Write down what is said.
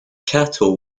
cattle